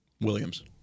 Williams